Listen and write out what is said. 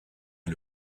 est